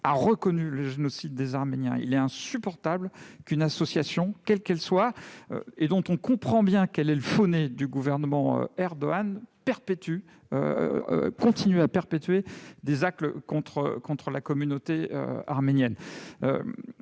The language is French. a reconnu le génocide des Arméniens. Il est insupportable qu'une association, quelle qu'elle soit, dont on comprend bien qu'elle est le faux-nez du gouvernement Erdogan, continue à perpétrer des actes contre la communauté arménienne.